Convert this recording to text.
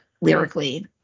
lyrically